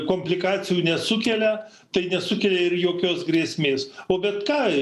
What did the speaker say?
komplikacijų nesukelia tai nesukelia ir jokios grėsmės o bet ką